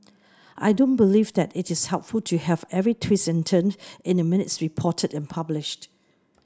I don't believe that it is helpful to have every twist and turn in the minutes reported and published